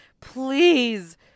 please